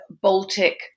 Baltic